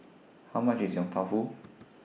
How much IS Yong Tau Foo